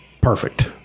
perfect